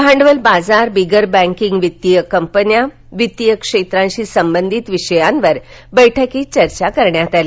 भांडवल बाजारबिगर बैंकिंग वित्तीय कंपन्या वित्तीय क्षेत्राशी संबंधित विषयांवर बैठकीत चर्चा करण्यात आली